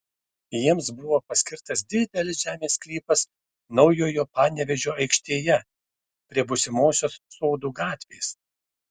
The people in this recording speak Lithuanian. jiems buvo paskirtas didelis žemės sklypas naujojo panevėžio aikštėje prie būsimosios sodų gatvės